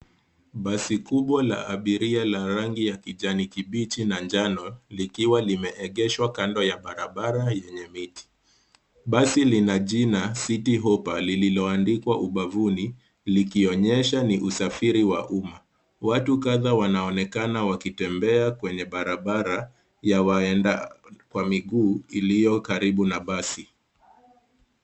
Basi kubwa la abiria la rangi ya kijani kibichi na njano likiwa limeegeshwa kando ya barabara yenye viti. Basi lina jina Citi Hoppa lililoandikwa ubavuni likionyesha ni usafiri wa umma. Watu kadhaa wanaonekana wakitembea kwenye barabara ya waenda kwa miguu iliyo karibu na basi.